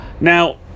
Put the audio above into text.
now